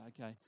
okay